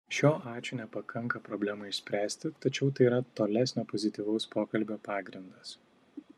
šio ačiū nepakanka problemai išspręsti tačiau tai yra tolesnio pozityvaus pokalbio pagrindas